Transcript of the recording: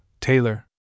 Taylor